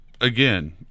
again